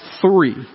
three